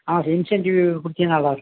ஆ incentive கொடுத்தீங்கன்னா நல்லா இருக்கும்